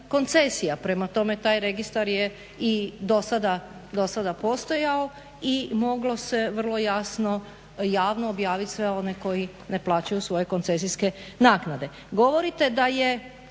koncesija. Prema tome taj registar je i dosada postojao i moglo se vrlo jasno javno objaviti sve one koji ne plaćaju svoje koncesijske naknade. Govorite da